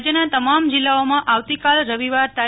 રાજ્યના તમામ જિલ્લાઓમાં આવતીકાલ રવિવાર તા